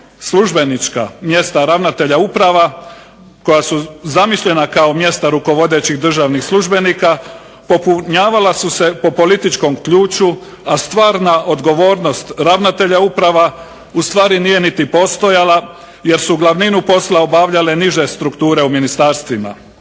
službenička, mjesta ravnatelja uprava koja su zamišljena kao mjesta rukovodećih državnih službenika popunjavala su se po političkom ključu a stvarna odgovornost ravnatelja uprava ustvari nije niti postojala jer su glavninu posla obavljale niže strukture u ministarstvima.